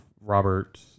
Robert